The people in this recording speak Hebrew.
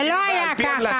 וזה לא היה ככה.